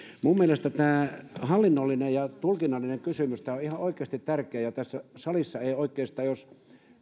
minun mielestäni tämä hallinnollinen ja tulkinnallinen kysymys on ihan oikeasti tärkeä ja tässä salissa oikeastaan jos